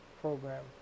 program